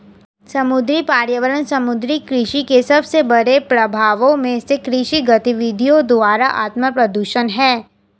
समुद्री पर्यावरण समुद्री कृषि के सबसे बड़े प्रभावों में से कृषि गतिविधियों द्वारा आत्मप्रदूषण है